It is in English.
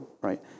right